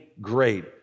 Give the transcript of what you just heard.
great